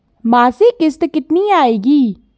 मासिक किश्त कितनी आएगी?